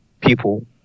people